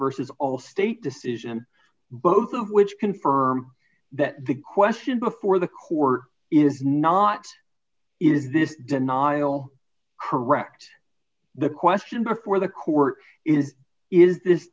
vs allstate decision both of which confirm that the question before the court is not is this denial correct the question before the court is is this